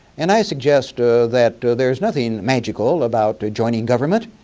and i suggest ah that there's nothing magical about joining government.